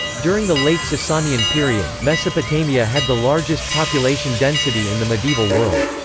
during the late sasanian period, mesopotamia had the largest population density in the medieval world.